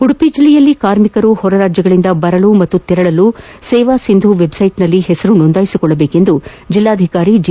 ಉಡುಪಿ ಜಿಲ್ಲೆಯಲ್ಲಿ ಕಾರ್ಮಿಕರು ಹೊರ ರಾಜ್ಯಗಳಿಂದ ಬರಲು ಮತ್ತು ತೆರಳಲು ಸೇವಾಸಿಂಧು ವೆಬ್ಸೈಟ್ನಲ್ಲಿ ಹೆಸರು ಸೋಂದಾಯಿಸಿ ಕೊಳ್ಳಬೇಕೆಂದು ಜಿಲ್ಲಾಧಿಕಾರಿ ಜಿ